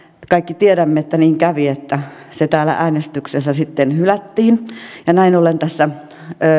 kaikki tiedämme että niin kävi että se täällä äänestyksessä sitten hylättiin ja näin ollen tässä